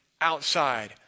outside